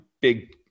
big